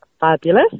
fabulous